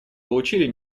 получили